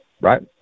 right